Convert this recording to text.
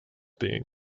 being